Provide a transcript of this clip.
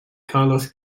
carlos